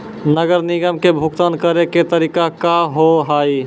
नगर निगम के भुगतान करे के तरीका का हाव हाई?